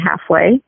halfway